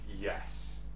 Yes